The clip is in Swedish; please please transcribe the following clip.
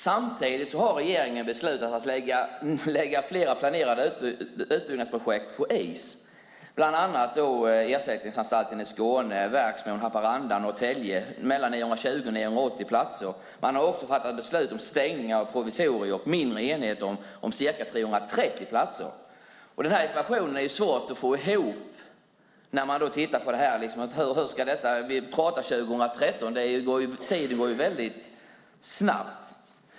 Samtidigt har regeringen beslutat att lägga flera planerade utbyggnadsprojekt på is, bland annat ersättningsanstalten i Skåne, Verksmon, Haparanda och Norrtälje. Det handlar om mellan 920 och 980 platser. Man har också fattat beslut om stängning av provisorier och mindre enheter om ca 330 platser. Den här ekvationen är svår att få ihop. Vi talar om 2013, och tiden går väldigt snabbt.